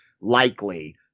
likely